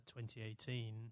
2018